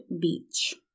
Beach